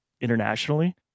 internationally